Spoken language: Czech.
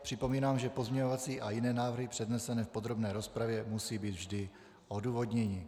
Připomínám, že pozměňovací a jiné návrhy přednesené v podrobné rozpravě musí být vždy odůvodněny.